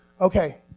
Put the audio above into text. Okay